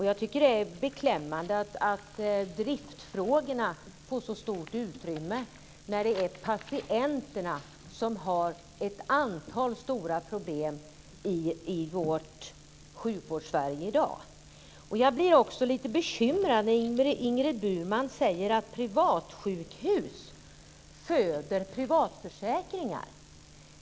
Jag tycker att det är beklämmande att driftsfrågorna får så stort utrymme när det är patienterna som har ett antal stora problem i Jag blir också lite bekymrad när Ingrid Burman säger att privatsjukhus föder privatförsäkringar.